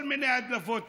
כל מיני הדלפות תקשורת.